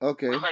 Okay